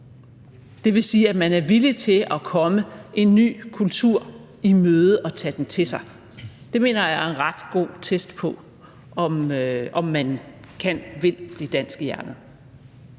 Det vil sige, at vedkommende er villig til at komme en ny kultur i møde og tage den til sig. Det mener jeg er en ret god test for, om man kan og vil blive dansk i hjertet.